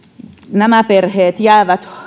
nämä perheet jäävät